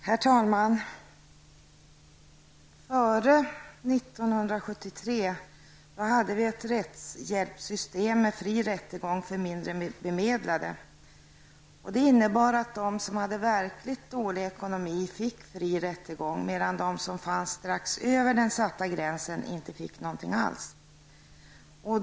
Herr talman! Före 1973 hade vi ett rättshjälpssystem med fri rättegång för mindre bemedlade. Detta innebar att de som hade verkligt dålig ekonomi fick fri rättegång, medan de som befann sig strax över den satta gränsen inte fick någonting alls.